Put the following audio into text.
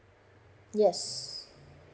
yes